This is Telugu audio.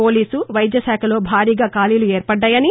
పోలీసు వైద్య శాఖలో భారీగా ఖాళీలు ఏర్పాడ్డాయని